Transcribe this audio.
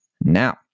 now